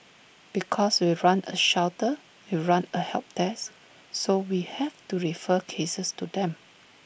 because we run A shelter we run A help desk so we have to refer cases to them